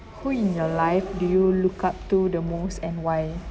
who in your life do you look up to the most and why